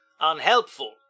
unhelpful